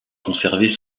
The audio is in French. conservé